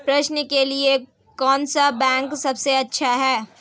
प्रेषण के लिए कौन सा बैंक सबसे अच्छा है?